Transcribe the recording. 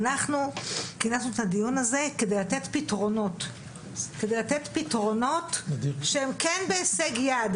אנחנו כינסנו את הדיון הזה כדי לתת פתרונות שהם כן בהישג יד,